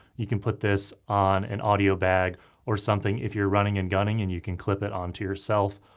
you can put this on an audio bag or something if you're running and gunning and you can clip it onto yourself.